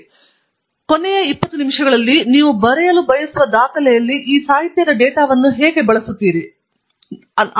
ತದನಂತರ ಕಳೆದ ಇಪ್ಪತ್ತು ನಿಮಿಷಗಳಲ್ಲಿ ನೀವು ಬರೆಯಲು ಬಯಸುವ ಡಾಕ್ಯುಮೆಂಟ್ನಲ್ಲಿ ಈ ಸಾಹಿತ್ಯ ಡೇಟಾವನ್ನು ನೀವು ಹೇಗೆ ಬಳಸುತ್ತೀರಿ ಎಂದು ನಾನು ನೋಡುತ್ತೇನೆ